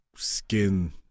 skin